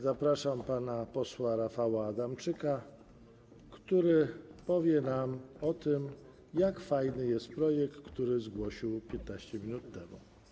Zapraszam pana posła Rafała Adamczyka, który powie nam o tym, jak fajny jest projekt, który zgłosił 15 minut temu.